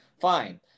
Fine